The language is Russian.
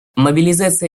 мобилизация